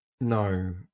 No